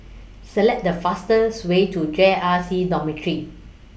Select The fastest Way to J R C Dormitory